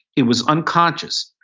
it was unconscious.